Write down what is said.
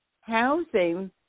housing